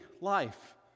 life